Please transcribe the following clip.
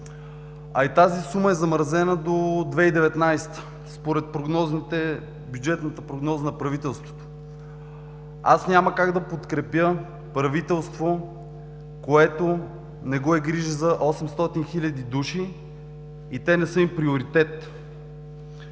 а и тази сума е замразена до 2019 г., според бюджетната прогноза на правителството. Аз няма как да подкрепя правителство, което не го е грижа за 800 хил. души и те не са им приоритет.